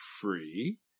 free